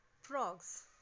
frogs